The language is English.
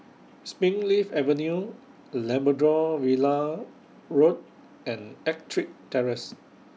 Springleaf Avenue Labrador Villa Road and Ettrick Terrace